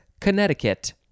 Connecticut